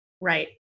Right